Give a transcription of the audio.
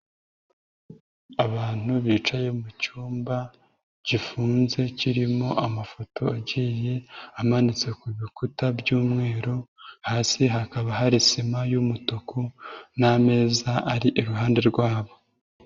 Abantu bicaye mu cyumba gifunze kirimo amafoto agiye amanitse ku bikuta by'umweru, hasi hakaba hari sima y'umutuku n'ameza ari iruhande rwabo.